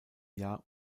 jahr